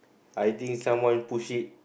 I think someone push it